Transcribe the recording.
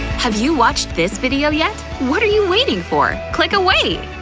have you watched this video yet? what are you waiting for? click away!